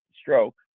stroke